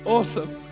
Awesome